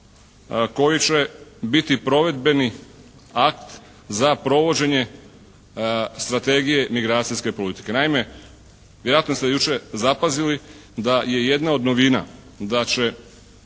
koji će biti provedbeni akt za provođenje strategije migracijske politike. Naime vjerojatno ste jučer zapazili da je jedna od novina da će